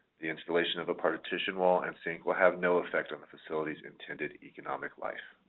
the installation of a partition wall and sink will have no effect on the facility's intended economic life.